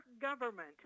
government